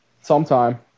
sometime